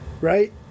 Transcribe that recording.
right